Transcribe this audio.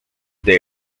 day